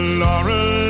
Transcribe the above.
laurel